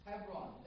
Hebron